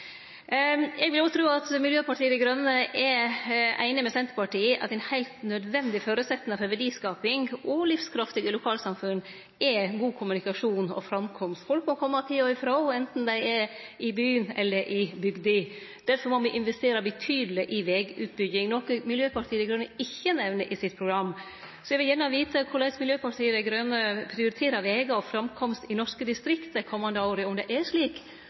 Eg vil òg tru at Miljøpartiet Dei Grøne er einig med Senterpartiet i at ein heilt nødvendig føresetnad for verdiskaping og livskraftige lokalsamfunn er god kommunikasjon og framkomst. Folk må kome til og ifrå, anten dei er i byen eller i bygda. Difor må me investere betydeleg i vegutbygging, noko Miljøpartiet Dei Grøne ikkje nemner i sitt program. Så eg vil gjerne vite korleis Miljøpartiet Dei Grøne prioriterer vegar og framkomst i norske distrikt dei komande åra, og om det er slik